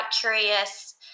curious